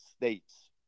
states